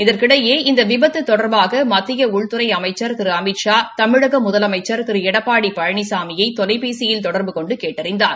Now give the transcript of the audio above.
இதற்கிடையே இந்த விபத்து தொடர்பாக மத்திய உள்துறை அமைச்சர் திரு அமித்ஷா தமிழக முதலமைச்சர் திரு ளடப்பாடி பழனிசாமியை தொலைபேசியில் தொடர்பு கொண்டு கேட்டறிந்தார்